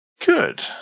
Good